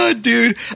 Dude